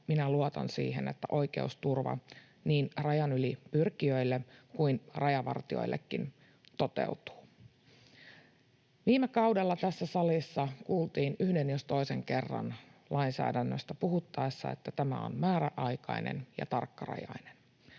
minä luotan siihen, että oikeusturva niin rajan yli pyrkijöille kuin rajavartijoillekin toteutuu. Viime kaudella tässä salissa kuultiin yhden jos toisenkin kerran lainsäädännöstä puhuttaessa, että tämä on määräaikainen ja tarkkarajainen.